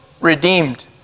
redeemed